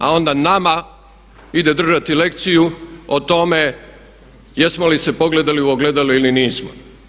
A onda nama ide držati lekciju o tome jesmo li se pogledali u ogledalo ili nismo.